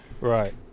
Right